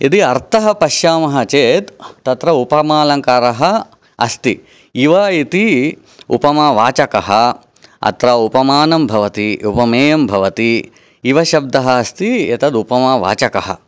यदि अर्थः पश्यामः चेत् तत्र उपमालङ्कारः अस्ति इव इति उपमावाचकः अत्र उपमानं भवति उपमेयं भवति इव शब्दः अस्ति एतत् उपमावाचकः